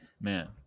man